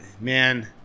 man